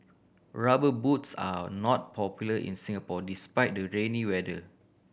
Rubber Boots are not popular in Singapore despite the rainy weather